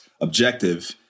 objective